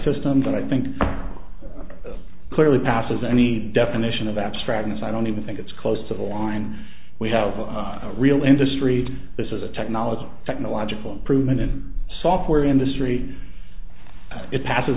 system that i think clearly passes any definition of abstractness i don't even think it's close to the line we have a real industry this is a technology technological improvement in software industry it passes